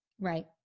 Right